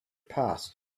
passed